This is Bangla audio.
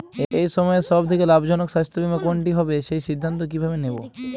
এই সময়ের সব থেকে লাভজনক স্বাস্থ্য বীমা কোনটি হবে সেই সিদ্ধান্ত কীভাবে নেব?